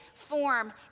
form